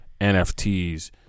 NFTs